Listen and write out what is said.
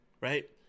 Right